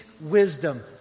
wisdom